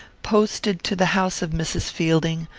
posted to the house of mrs. fielding,